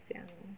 想